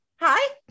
Hi